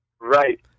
Right